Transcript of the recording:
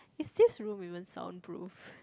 is this room even soundproof